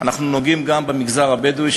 אנחנו נוגעים גם במגזר הבדואי,